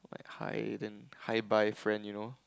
hi then hi bye friend you know